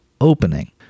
opening